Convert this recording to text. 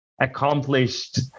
accomplished